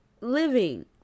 Living